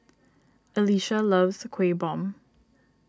Alesia loves Kueh Bom